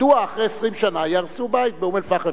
מדוע אחרי 20 שנה יהרסו בית באום-אל-פחם.